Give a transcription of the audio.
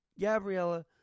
Gabriella